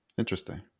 Interesting